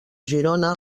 girona